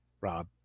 Rob